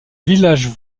village